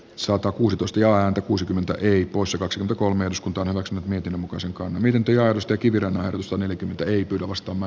satakuusitoista ja r kuusikymmentä eli puusepäksi ja kolme uskontoon ovat mietinnön mukaisen konventioista kivirannan kanssa neljäkymmentä ei kyllä vastaamme